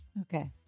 Okay